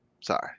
Sorry